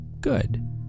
good